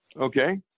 Okay